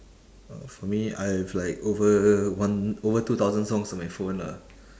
oh for me I have like over one over two thousand songs on my phone lah